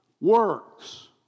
works